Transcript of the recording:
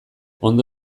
ondo